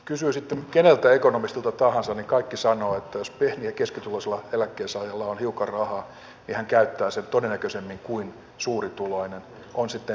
kysyi sitten keneltä ekonomistilta tahansa niin kaikki sanovat että jos pieni ja keskituloisella eläkkeensaajalla on hiukan rahaa niin hän käyttää sen todennäköisemmin kuin suurituloinen on sitten eläkkeensaaja tai töissä oleva